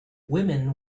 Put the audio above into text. women